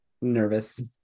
nervous